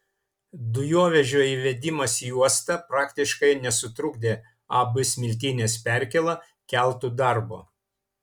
dujovežio įvedimas į uostą praktiškai nesutrukdė ab smiltynės perkėla keltų darbo